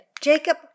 Jacob